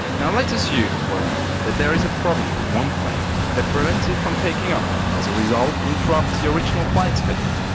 let's assume for a moment that there is a problem with one plane that prevents it from taking off, and as a result interrupts the original flight schedule.